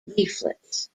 leaflets